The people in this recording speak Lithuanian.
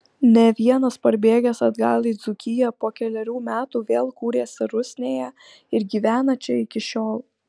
ne vienas parbėgęs atgal į dzūkiją po kelerių metų vėl kūrėsi rusnėje ir gyvena čia iki šiol